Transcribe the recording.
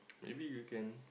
maybe you can